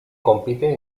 compite